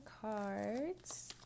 cards